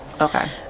Okay